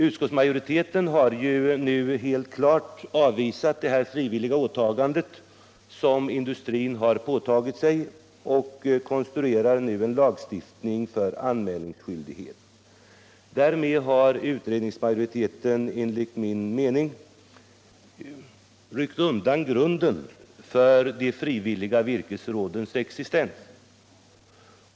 Utskottsmajoriteten har klart avvisat det frivilliga åtagande som industrin gått med på och konstruerar nu en lagstiftning för anmälningsskyldighet. Därmed har utskottsmajoriteten enligt min mening ryckt undan grunden för de frivilliga virkesrådens existens.